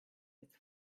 its